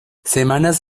semanas